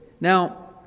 Now